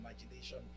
imagination